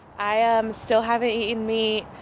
i um still haven't eaten meat.